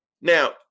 Now